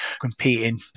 competing